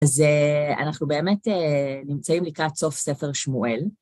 אז אנחנו באמת נמצאים לקראת סוף ספר שמואל.